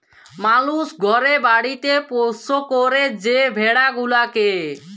মালুস ঘরে বাড়িতে পৌষ্য ক্যরে যে ভেড়া গুলাকে